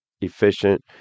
efficient